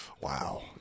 Wow